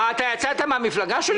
יצאת מן המפלגה שלי?